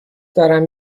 دارم